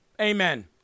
Amen